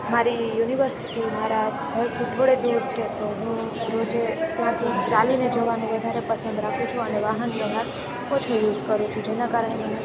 મારી યુનિવર્સિટી મારા ઘરથી થોડે દૂર છે તો હું રોજે ત્યાંથી ચાલીને જવાનું વધારે પસંદ રાખું છું અને વાહન વ્યવહાર ઓછો યુસ કરું છું જેનાં કારણે મને